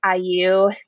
IU